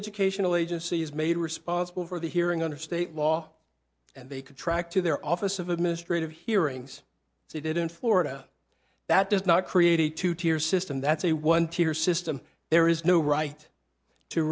educational agency is made responsible for the hearing under state law and they contract to their office of administrative hearings as they did in florida that does not create a two tier system that's a one tier system there is no right to